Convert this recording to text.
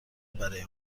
برای